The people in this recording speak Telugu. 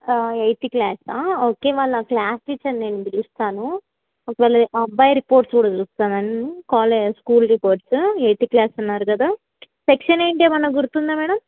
ఎయిత్ క్లాసా ఓకే వాళ్ళ క్లాస్ టీచర్ని నేను పిలుస్తాను ఒకవేళ ఆ అబ్బాయి రిపోర్ట్స్ కూడా చూస్తారా కాలే స్కూల్ రిపోర్ట్స్ ఎయిత్ క్లాస్ అన్నారు కదా సెక్షన్ ఏంటి ఏమైనా గుర్తుందా మేడం